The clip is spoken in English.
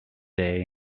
day